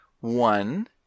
One